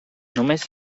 només